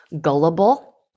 gullible